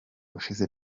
ushize